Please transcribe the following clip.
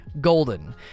Golden